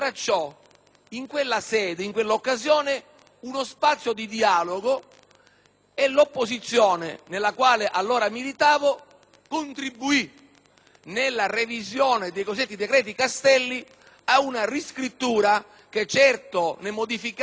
e l'opposizione, nella quale allora militavo, contribuì alla revisione dei cosiddetti decreti Castelli e ad una riscrittura che certo ne modificava i contenuti, ma senza stravolgerne in modo assoluto